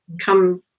come